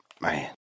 Man